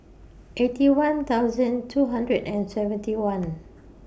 Eighty One thousand two hundred and seventy one